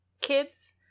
kids